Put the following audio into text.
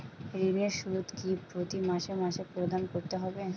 ঋণের সুদ কি প্রতি মাসে মাসে প্রদান করতে হবে?